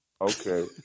Okay